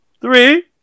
Three